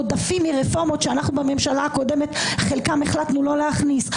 עודפים מרפורמות שהלך בממשלה הקודמת חלקם החלטנו לא להכניס.